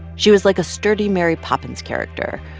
she was like a sturdy mary poppins character,